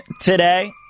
today